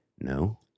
No